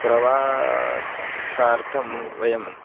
प्रवासार्थं वयम्